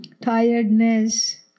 tiredness